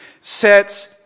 sets